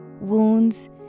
wounds